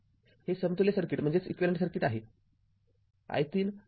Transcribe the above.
हे समतुल्य सर्किट आहे i३ स्त्रोत शॉर्ट सर्किट केले आहे